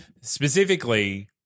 Specifically